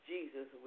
Jesus